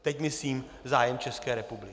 Teď myslím zájem České republiky.